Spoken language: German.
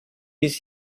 bis